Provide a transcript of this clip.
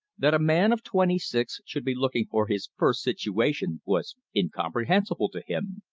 that a man of twenty-six should be looking for his first situation was incomprehensible to him.